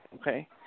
Okay